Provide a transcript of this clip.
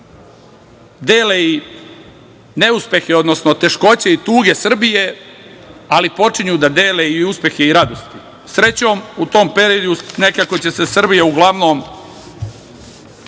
dele i neuspehe, odnosno teškoće i tuge Srbije, ali počinju da dele i uspehe i radosti. Srećom u tom periodu nekako će Srbija uglavnom